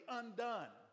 undone